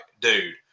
dude